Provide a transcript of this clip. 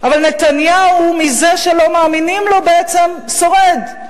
אבל נתניהו, מזה שלא מאמינים לו בעצם שורד.